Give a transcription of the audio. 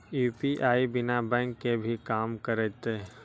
UPI बिना bank के भी कम करतै?